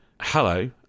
hello